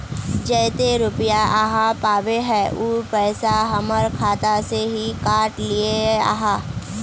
जयते रुपया आहाँ पाबे है उ पैसा हमर खाता से हि काट लिये आहाँ?